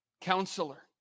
counselor